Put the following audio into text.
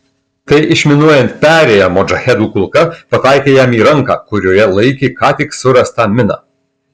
tai išminuojant perėją modžahedų kulka pataikė jam į ranką kurioje laikė ką tik surastą miną